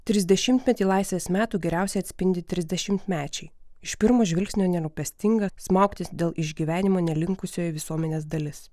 trisdešimtmetį laisvės metų geriausiai atspindi trisdešimtmečiai iš pirmo žvilgsnio nerūpestinga smaugtis dėl išgyvenimo nelinkusioji visuomenės dalis